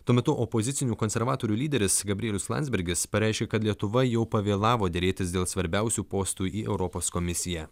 tuo metu opozicinių konservatorių lyderis gabrielius landsbergis pareiškė kad lietuva jau pavėlavo derėtis dėl svarbiausių postų į europos komisiją